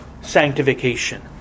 sanctification